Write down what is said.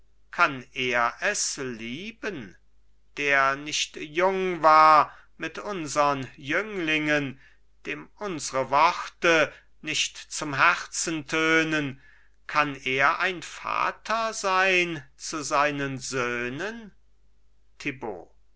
kann er es lieben der nicht jung war mit unsern jünglingen dem unsre worte nicht zum herzen tönen kann er ein vater sein zu seinen söhnen